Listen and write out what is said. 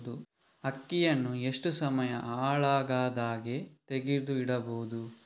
ಅಕ್ಕಿಯನ್ನು ಎಷ್ಟು ಸಮಯ ಹಾಳಾಗದಹಾಗೆ ತೆಗೆದು ಇಡಬಹುದು?